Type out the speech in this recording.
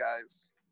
guys